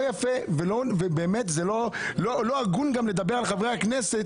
יפה וגם לא הגון לדבר על חברי הכנסת,